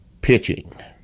pitching